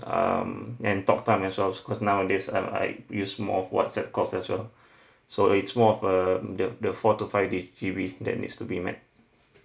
um and talk time as well because nowadays um I use more of WhatsApp calls as well so it's more of err the the four to five the G_B that needs to be met